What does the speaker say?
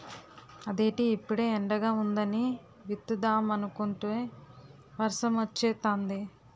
అదేటి ఇప్పుడే ఎండగా వుందని విత్తుదామనుకుంటే వర్సమొచ్చేతాంది